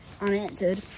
unanswered